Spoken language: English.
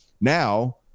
Now